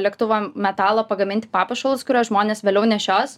lėktuvo metalo pagaminti papuošalus kuriuos žmonės vėliau nešios